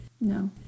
No